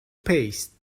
paste